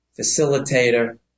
facilitator